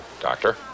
Doctor